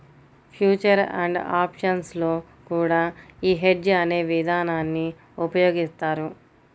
future and options లో కూడా యీ హెడ్జ్ అనే ఇదానాన్ని ఉపయోగిత్తారు